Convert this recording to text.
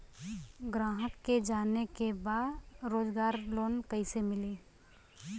ग्राहक के जाने के बा रोजगार लोन कईसे मिली?